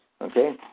Okay